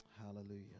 Hallelujah